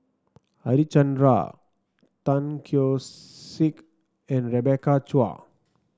Harichandra Tan Keong Saik and Rebecca Chua